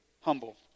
humble